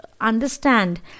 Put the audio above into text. understand